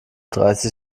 dreißig